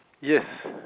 Yes